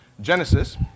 Genesis